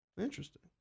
Interesting